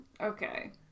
Okay